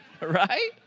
Right